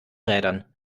rädern